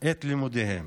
את לימודיהם.